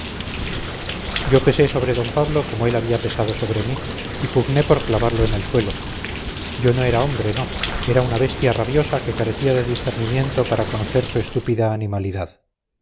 yo pesé sobre d pablo como él había pesado sobre mí y pugné por clavarlo en el suelo yo no era hombre no era una bestia rabiosa que carecía de discernimiento para conocer su estúpida animalidad